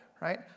right